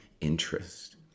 interest